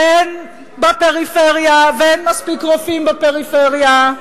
ואין מספיק רופאים בפריפריה,